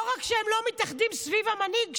לא רק שהם לא מתאחדים סביב המנהיג,